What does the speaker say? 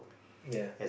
ya